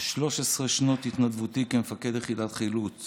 ב-13 שנות התנדבותי כמפקד יחידת חילוץ